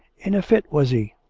in a fit, was he?